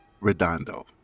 Redondo